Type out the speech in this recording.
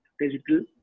digital